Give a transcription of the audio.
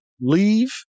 leave